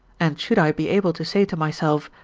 and should i be able to say to myself,